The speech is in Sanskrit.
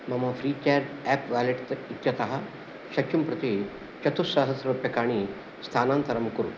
मम फ्री़चार्ज् एप् वेलेट् इत्यतः शचिं प्रति चतुर् सह्स्र रूप्यकाणि स्थानान्तरं कुरु